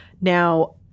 Now –